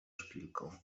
szpilką